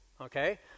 Okay